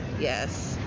Yes